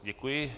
Děkuji.